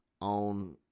on